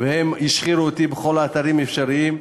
הם השחירו אותי בכל האתרים האפשריים,